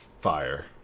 fire